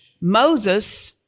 Moses